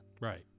right